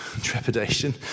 trepidation